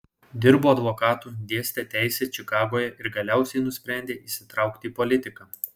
dirbo advokatu dėstė teisę čikagoje ir galiausiai nusprendė įsitraukti į politiką